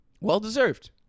Well-deserved